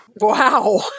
Wow